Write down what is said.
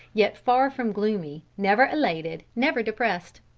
yet far from gloomy, never elated, never depressed.